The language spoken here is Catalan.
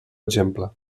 exemple